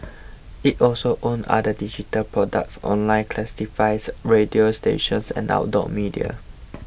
it also owns other digital products online classifieds radio stations and outdoor media